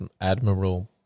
Admiral